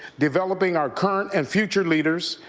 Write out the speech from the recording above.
developing our current and future leaders,